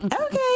Okay